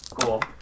Cool